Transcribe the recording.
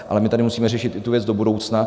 Ale my tady musíme řešit i tu věc do budoucna.